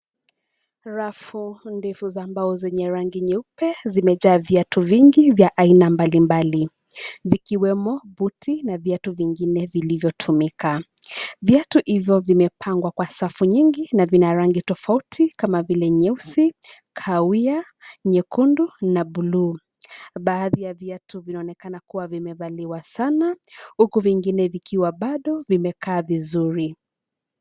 Rafu ndefu za mbao zenye rangi nyeupe zimejaa viatu vingi vya aina mbalimbali vikiwemo buti na viatu vyngine vilivyotumika. Viatu hivyo vimepangwa kwa safu nyingi na vina rangi tofauti kama vile nyeusi, kahawia, nyekundu na buluu. Baadhi ya viatu vinaonekana kuwa vimevaliwa sana, uku vingine vikiwa bado vimekaa vizuri.